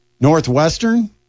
Northwestern